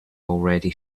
already